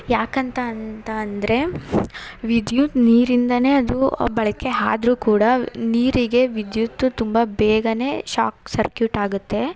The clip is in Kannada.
ಯಾಕಂತ ಅಂತ ಅಂದರೆ ವಿದ್ಯುತ್ ನೀರಿಂದನೆ ಅದು ಬಳಕೆ ಆದ್ರು ಕೂಡ ನೀರಿಗೆ ವಿದ್ಯುತ್ ತುಂಬ ಬೇಗನೆ ಶಾಕ್ ಸರ್ಕ್ಯೂಟ್ ಆಗುತ್ತೆ